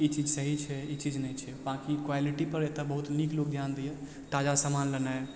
इ चीज सही छै इ चीज नीक छै बाँकी क्वालिटी पर एतए बहुत नीक लोक ध्यान दैया तजा सामान लेनाइ